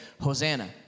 Hosanna